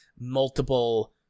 multiple